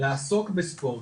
לעסוק בספורט,